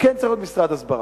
שכן צריך להיות משרד הסברה.